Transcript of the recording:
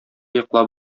йоклап